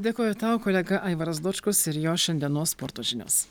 dėkoju tau kolega aivaras dočkus ir jo šiandienos sporto žinios